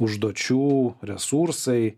užduočių resursai